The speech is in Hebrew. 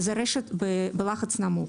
זה רשת בלחץ נמוך.